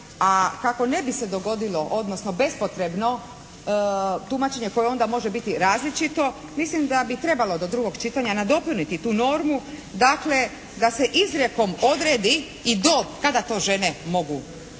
a kako ne bi se dogodilo odnosno bezpotrebno tumačenje koje onda može biti različito, mislim da bi trebalo do drugog čitanja nadopuniti tu normu dakle da se izrijekom odredi i dob kada to žene mogu